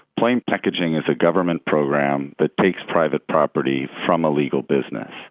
plain packaging is a government program that takes private property from a legal business.